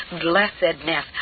blessedness